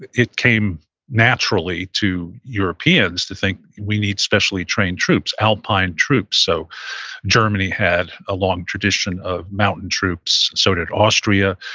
it came naturally to europeans to think we need specially trained troops, alpine troops. so germany had a long tradition of mountain troops. so did austria.